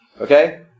Okay